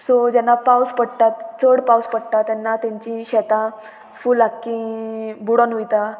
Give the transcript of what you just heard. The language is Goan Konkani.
सो जेन्ना पावस पडटात चड पावस पडटा तेन्ना तेंची शेतां फूल आख्खी बुडोन वयता